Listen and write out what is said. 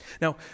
Now